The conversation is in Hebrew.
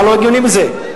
מה לא הגיוני בזה?